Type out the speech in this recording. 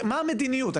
מה המדיניות?